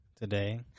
today